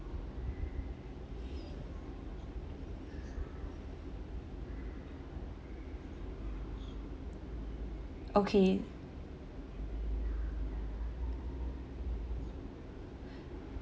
okay